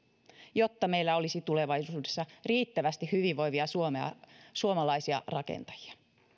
jotta meillä olisi tulevaisuudessa riittävästi hyvinvoivia suomalaisia rakentajia